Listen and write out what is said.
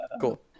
Cool